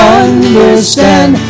understand